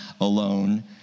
alone